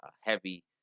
heavy